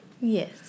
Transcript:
Yes